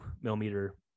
millimeter